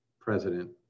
president